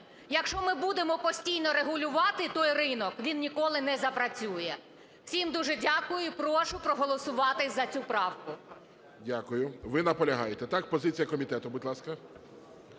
Якщо ми будемо постійно регулювати той ринок, він ніколи не запрацює. Всім дуже дякую. І прошу проголосувати за цю правку. ГОЛОВУЮЧИЙ. Дякую. Ви наполягаєте, так? Позиція комітету, будь ласка.